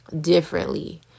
differently